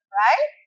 right